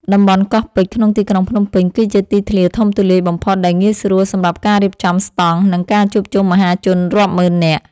តំបន់កោះពេជ្រ ក្នុងទីក្រុងភ្នំពេញ គឺជាទីធ្លាធំទូលាយបំផុតដែលងាយស្រួលសម្រាប់ការរៀបចំស្ដង់ និងការជួបជុំមហាជនរាប់ម៉ឺននាក់។